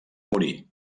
morir